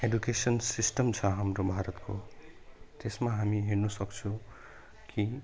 education system छ हाम्रो भारतको त्यसमा हामी हेर्नु सक्छौँ कि